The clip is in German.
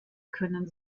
können